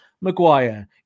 Maguire